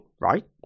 right